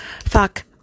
fuck